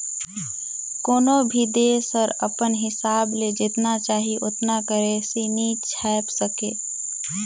कोनो भी देस हर अपन हिसाब ले जेतना चाही ओतना करेंसी नी छाएप सके